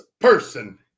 person